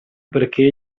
perché